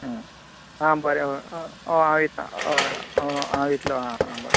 आं बरें आं हय हांव येता हय हांव येतलो हां हां बरें